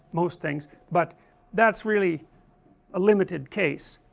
most things, but that's really a limited case